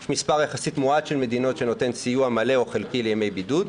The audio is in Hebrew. יש מספר יחסית מועט של מדינות שנותנות סיוע מלא או חלקי לימי בידוד,